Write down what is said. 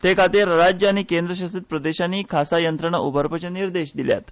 तेखातीर राज्यां आनी केंद्रशासीत प्रदेशांनी खासा यंत्रणा उभारपाचे निर्देश दिल्यात